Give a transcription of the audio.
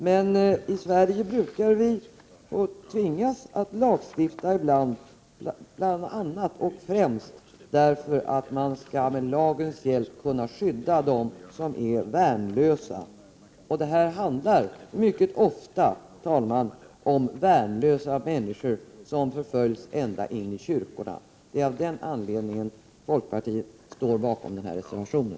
Men i Sverige tvingas vi ibland att lagstifta, bl.a. och kanske främst, för att med lagens hjälp kunna skydda dem som är värnlösa. I sådana här fall handlar det ju, herr talman, mycket ofta om just värnlösa människor som förföljs ända in i kyrkorna. Av den anledningen står vi i folkpartiet bakom den framställda reservationen.